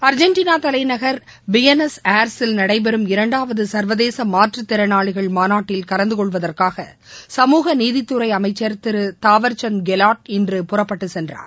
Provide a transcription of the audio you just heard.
Argentina தலைநகர் Buenos Aires ல் நடைபெறம் இரண்டாவது சர்வதேச மாற்றுத்திறனாளிகள் மாநாட்டில் கலந்துகொள்வதற்காக சமூகநீதித்துறை அமைச்சர் திரு தாவர்சந்த் கெலாட் இன்று புறப்பட்டுச்சென்றார்